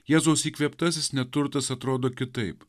jėzaus įkvėptasis neturtas atrodo kitaip